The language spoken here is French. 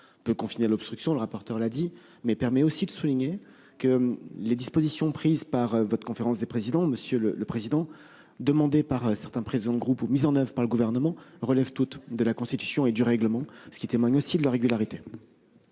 confine à l'obstruction, M. le rapporteur l'a dit. Il permet aussi de souligner que les dispositions prises par la conférence des présidents du Sénat, demandées par certains présidents de groupe et mises en oeuvre par le Gouvernement, relèvent de la Constitution et du règlement, ce qui témoigne de leur régularité.